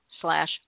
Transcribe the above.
slash